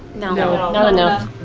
not enough